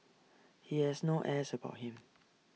he has no airs about him